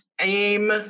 aim